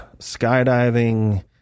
skydiving